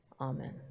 Amen